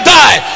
die